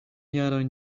jarojn